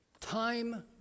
time